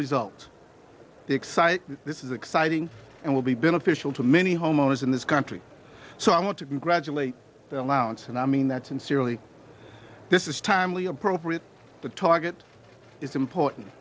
they excite this is exciting and will be beneficial to many homeowners in this country so i want to congratulate allowance and i mean that sincerely this is timely appropriate the target is important